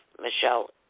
Michelle